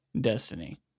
Destiny